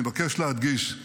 אני מבקש להדגיש: